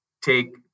take